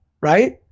right